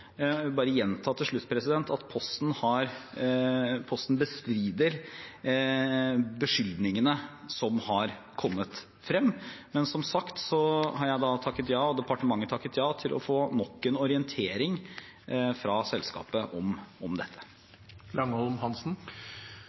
Jeg vil bare gjenta til slutt at Posten bestrider beskyldningene som har kommet frem, men som sagt har jeg og departementet takket ja til å få nok en orientering fra selskapet om dette.